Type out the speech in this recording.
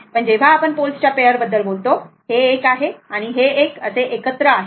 पण जेव्हा आपण पोल्सच्या पेअर बद्दल बोलतो हे 1 आहे आणि हे 1 एकत्र आहे